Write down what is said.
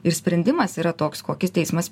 ir sprendimas yra toks kokį teismas